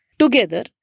together